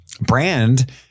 Brand